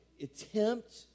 attempt